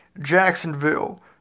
Jacksonville